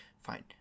fine